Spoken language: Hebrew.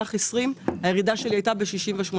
במהלך 2020, הירידה שלי הייתה ב-68%.